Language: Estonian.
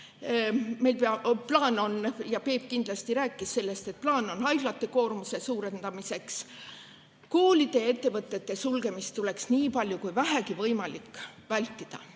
Meil on plaan, Peep kindlasti rääkis sellest, et plaan on haiglate koormust suurendada. Koolide ja ettevõtete sulgemist tuleks nii palju kui vähegi võimalik vältida.